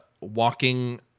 walking